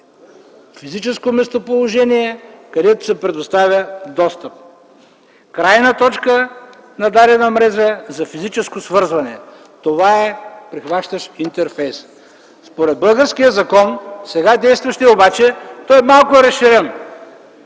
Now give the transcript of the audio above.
Физическо местоположение, където се предоставя достъп. Крайна точка на дадена мрежа за физическо свързване. Това е прихващащ интерфейс. Според българския сега действащ закон обаче той е малко разширен